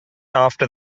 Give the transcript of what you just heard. after